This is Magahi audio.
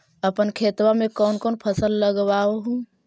अपन खेतबा मे कौन कौन फसल लगबा हू?